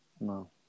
No